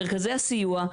מרכזי הסיוע,